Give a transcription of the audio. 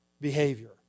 behavior